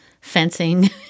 fencing